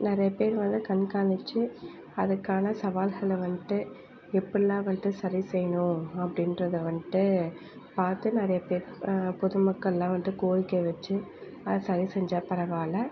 நிறையா பேர் வந்து கண்காணித்து அதுக்கான சவால்களை வந்துட்டு எப்படிலாம் வந்துட்டு சரி செய்யணும் அப்படின்றத வந்துட்டு பார்த்து நிறையா பேர் பொது மக்கள்லாம் வந்துட்டு கோரிக்கை வச்சு அதை சரி செஞ்சால் பரவாயில்ல